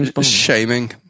Shaming